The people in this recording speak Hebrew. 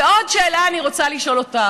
ועוד שאלה אני רוצה לשאול אותך.